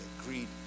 greed